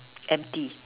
empty